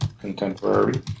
contemporary